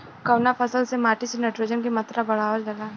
कवना फसल से माटी में नाइट्रोजन के मात्रा बढ़ावल जाला?